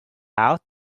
out